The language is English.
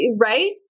Right